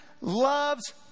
loves